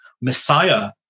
Messiah